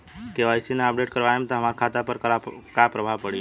KYC ना update करवाएम त हमार खाता पर का प्रभाव पड़ी?